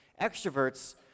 Extroverts